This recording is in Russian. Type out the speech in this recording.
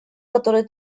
который